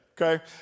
okay